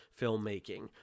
filmmaking